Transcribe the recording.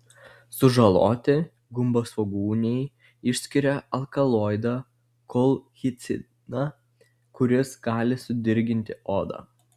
sužaloti gumbasvogūniai išskiria alkaloidą kolchiciną kuris gali sudirginti odą